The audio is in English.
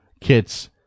kits